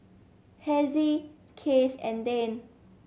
Hezzie Case and Dane